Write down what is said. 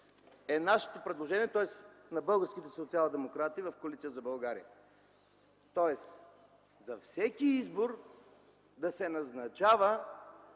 е нашето предложение, тоест на българските социалдемократи в Коалиция за България. За всеки избор да се назначава